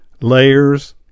layers